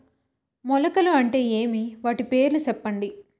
మొలకలు అంటే ఏమి? వాటి పేర్లు సెప్పండి?